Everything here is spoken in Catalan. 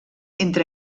entre